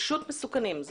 פשוט מסוכנים.